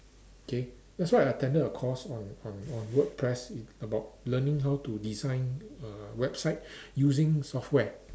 K that's why I attended a course on on on WordPress a~ about learning how to design uh website using software